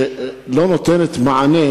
שלא נותנת מענה